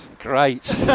great